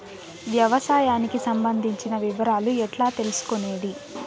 వ్యవసాయానికి సంబంధించిన వివరాలు ఎట్లా తెలుసుకొనేది?